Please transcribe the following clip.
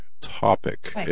topic